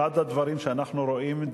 אחד הדברים שאנחנו רואים,